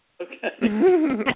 Okay